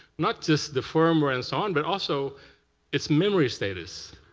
not just the firmware, and so and but also its memory status.